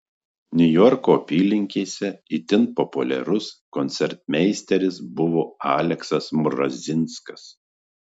niujorko apylinkėse itin populiarus koncertmeisteris buvo aleksas mrozinskas